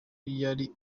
yari